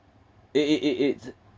it it it it's